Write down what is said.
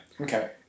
Okay